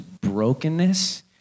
brokenness